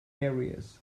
areas